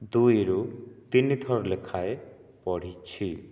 ଦୁଇ ରୁ ତିନିଥର ଲେଖାଏଁ ପଢ଼ିଛି